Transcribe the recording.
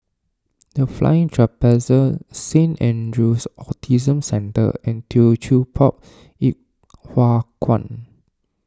the Flying Trapeze Saint andrew's Autism Centre and Teochew Poit Ip Huay Kuan